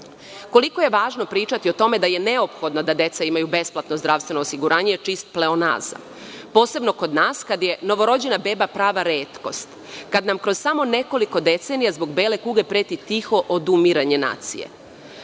je važno pričati o tome da je neophodno da deca imaju besplatno zdravstveno osiguranje je čist pleonazam, posebno kod nas kad je novorođena beba prava retkost, kad nam kroz samo nekoliko decenija zbog bele kuge preti tiho odumiranje nacije. Nisu